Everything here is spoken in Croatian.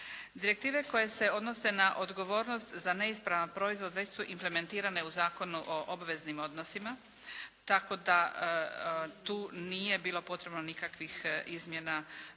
Direktive koje se odnose na odgovornost za neispravan proizvod već su implementirane u Zakonu o obaveznim odnosima, tako da tu nije bilo potrebno nikakvih izmjena